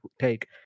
take